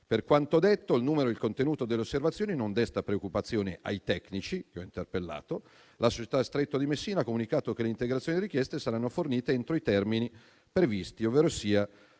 Per quanto detto, il numero ed il contenuto delle osservazioni non desta preoccupazione ai tecnici che ho interpellato. La società Stretto di Messina ha comunicato che le integrazioni richieste saranno fornite entro i termini previsti, ovverosia